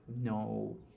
no